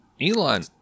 Elon